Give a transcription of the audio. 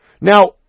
Now